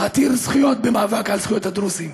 עתיר זכויות במאבק על זכויות הדרוזים,